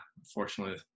unfortunately